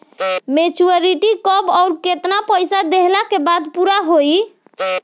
Maturity कब आउर केतना पईसा देहला के बाद पूरा होई?